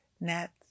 net